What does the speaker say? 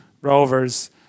Rovers